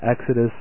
Exodus